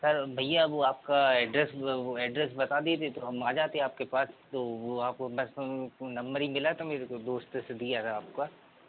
sir भैया वो आपका एड्रेस मतलब वो एड्रेस बता दीजिए तो हम आ जाते आपके पास तो वो आपको बस नम्बर ही मिला था मेरे को दोस्त से दिया था आपका